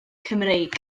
cymreig